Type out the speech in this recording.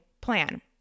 plan